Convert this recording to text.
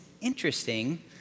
interesting